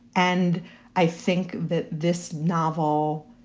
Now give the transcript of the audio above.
and i think that this novel,